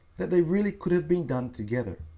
that they really could have been done together.